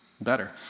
better